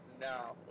now